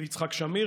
יצחק שמיר.